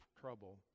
trouble